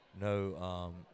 no